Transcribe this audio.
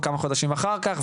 כמה חודשים אחר כך.